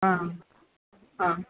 ஆ ஆ